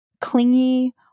Clingy